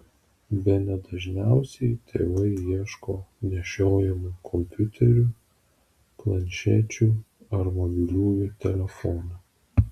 bene dažniausiai tėvai ieško nešiojamų kompiuterių planšečių ar mobiliųjų telefonų